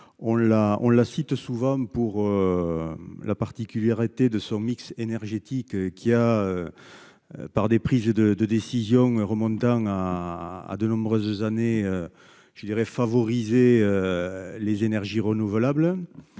en exemple pour la particularité de son mix énergétique, qui, par des prises de décision remontant à de nombreuses années, a favorisé les énergies renouvelables.